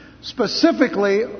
Specifically